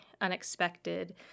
unexpected